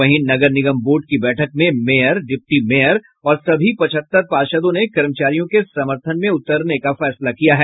वहीं नगर निगम बोर्ड की बैठक में मेयर डिप्टी मेयर और सभी पचहत्तर पार्षदों ने कर्मचारियों के समर्थन में उतरने का फैसला लिया है